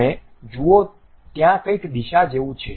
તમે જુઓ ત્યાં કંઈક દિશા જેવું છે